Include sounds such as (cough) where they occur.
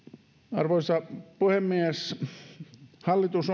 arvoisa puhemies hallitus (unintelligible)